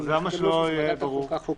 אז למה שזה לא יהיה ברור?